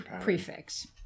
prefix